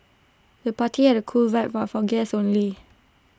the party had A cool vibe from guests only